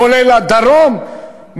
כולל הדרום,